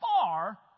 far